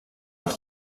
auch